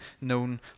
known